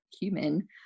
human